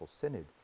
synod